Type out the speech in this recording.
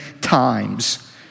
times